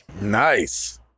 Nice